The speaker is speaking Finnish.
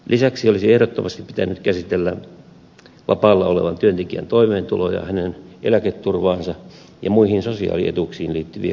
lisäksi olisi ehdottomasti pitänyt käsitellä vapaalla olevan työntekijän toimeentuloa ja hänen eläketurvaansa ja muihin sosiaalietuuksiin liittyviä kysymyksiä